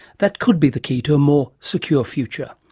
that could be the key to a more secure future.